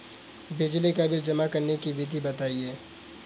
बिजली का बिल जमा करने की विधि बताइए?